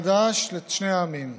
וחדש לשני העמים.